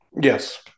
Yes